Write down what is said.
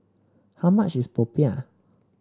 how much is Popiah